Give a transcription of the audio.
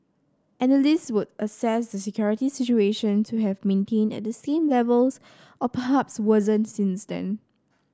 analyst would assess the security situation to have maintained at the same levels or perhaps worsened since then